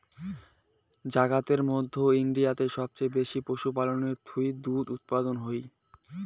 জাগাতের মধ্যে ইন্ডিয়াতে সবচেয়ে বেশি পশুপালনের থুই দুধ উপাদান হই